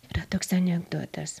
yra toks anekdotas